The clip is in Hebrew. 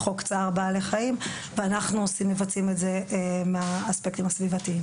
חוק צער בעלי חיים ואנחנו מבצעים את זה מהאספקטים הסביבתיים.